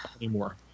anymore